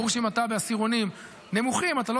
ברור שאם אתה בעשירונים הנמוכים אתה לא